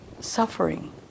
suffering